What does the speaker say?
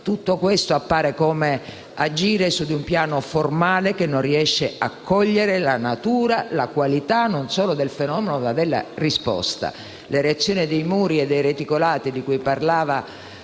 tutto questo appare come un agire su un piano formale che non riesce a cogliere la natura e la qualità non solo del fenomeno, ma anche della risposta.